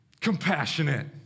compassionate